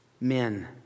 men